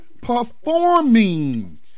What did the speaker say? performing